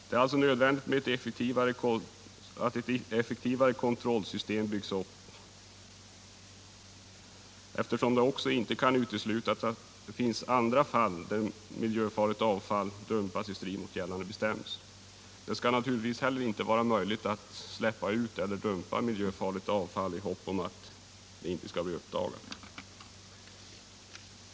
Det är också nödvändigt att ett effektivare kontrollsystem byggs upp, eftersom det inte kan uteslutas att det finns andra fall där miljöfarligt avfall dumpats i strid mot gällande bestämmelser. Det skall naturligtvis inte heller vara möjligt att släppa ut eller dumpa miljöfarligt avfall i hopp om att det inte skall bli uppdagat.